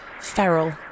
feral